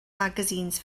magazines